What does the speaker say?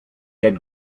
had